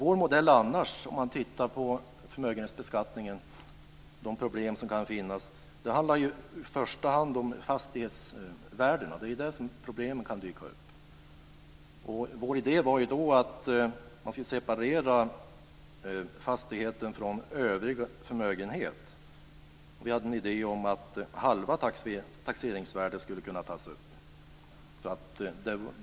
Vår modell i frågan om förmögenhetsbeskattningen handlar i första hand om fastighetsvärdena. Vår idé har varit att separera fastigheten från övrig förmögenhet och att halva taxeringsvärdet skulle kunna tas upp till beskattning.